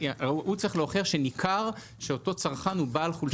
הוא צריך להוכיח שניכר שאותו צרכן הוא בעל חולשה נפשית.